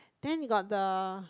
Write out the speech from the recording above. then you got the